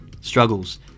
struggles